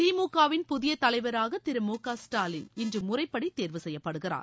திமுகவின் புதிய தலைவராக திரு மு க ஸ்டாலின் இன்று முறைப்படி தேர்வு செய்யப்படுகிறார்